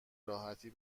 راحتی